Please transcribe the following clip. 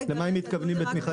זה מופיע.